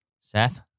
Seth